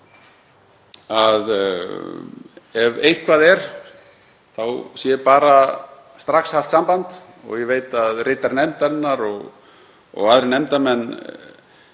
ef eitthvað er þá sé strax haft samband og ég veit að ritari nefndarinnar og aðrir nefndarmenn